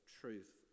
truth